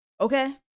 Okay